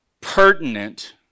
pertinent